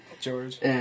George